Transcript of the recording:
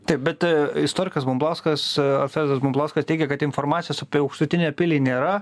taip bet istorikas bumblauskas alfredas bumblauskas teigia kad informacijos apie aukštutinę pilį nėra